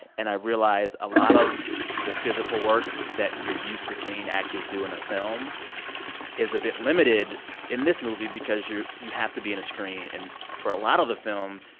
and i realize a lot of the physical work that you're used to seeing actors do in a film is a bit limited in this movie because you you have to be in a screen. and for a lot of the film,